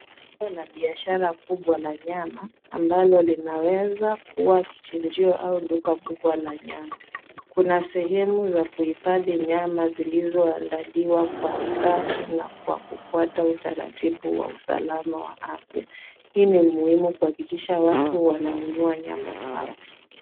Kuna biashara kubwa la nyama ambalo linaweza kuwa kichinjio au duka kubwa la nyama. Kuna sehemu za kuhifadhi nyama zilizoandaliwa kwa usafi na kwa kufuata utaratibu wa usalama wa afya. Hii ni muhimu kuhakikisha watu wananunua nyama safi.